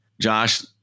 Josh